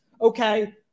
okay